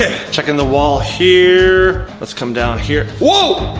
check in the walls here. let's come down here. woah!